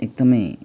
एकदमै